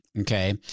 Okay